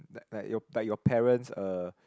like like your like your parents uh